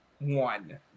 One